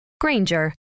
Granger